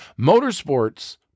Motorsports